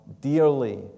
dearly